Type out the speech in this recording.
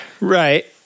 Right